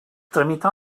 tramitar